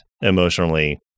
emotionally